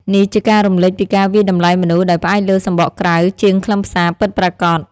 នេះជាការរំលេចពីការវាយតម្លៃមនុស្សដោយផ្អែកលើសម្បកក្រៅជាងខ្លឹមសារពិតប្រាកដ។